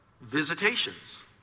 visitations